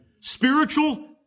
Spiritual